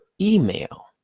email